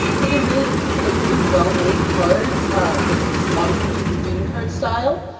so they're really beautiful, they're really well-made cards, ah this is obviously just the greeting card style.